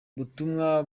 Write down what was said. butumwa